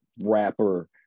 rapper